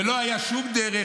ולא הייתה שום דרך,